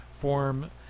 form